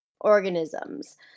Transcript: organisms